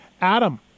Adam